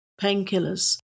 painkillers